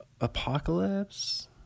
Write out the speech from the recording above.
apocalypse